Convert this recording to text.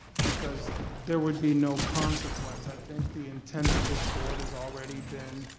because there would be no consequence. i think the intent of this board has already been,